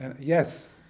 yes